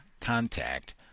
contact